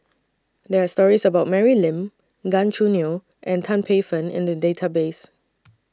There Are stories about Mary Lim Gan Choo Neo and Tan Paey Fern in The Database